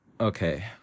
okay